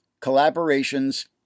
collaborations